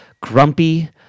grumpy